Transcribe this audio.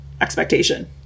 expectation